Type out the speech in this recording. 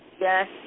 yes